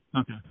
Okay